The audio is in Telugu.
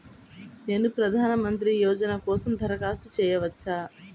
నేను ప్రధాన మంత్రి యోజన కోసం దరఖాస్తు చేయవచ్చా?